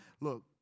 Look